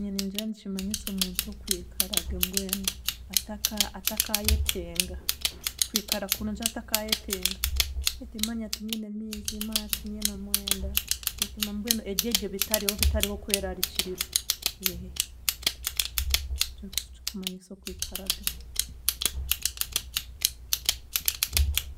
Ningira nikinyanyisa omuntu okwikara ge mbwenu ataka atakaayetenga kwikarakurungi atakaayetenga ati manya tiinyine miizi, manya tiinyine omwenda, ati mbwenu eryeryo bitariho, bitariho kweraarikirira, ekyo nikyo kirikumanyisa okwikara ge.